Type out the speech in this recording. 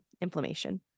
inflammation